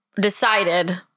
decided